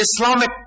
Islamic